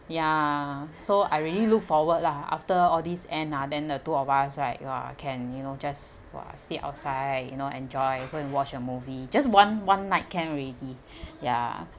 ya so I really look forward lah after all these end ah then the two of us right !whoa! can you know just !whoa! sit outside you know enjoy go and watch a movie just one one night can already ya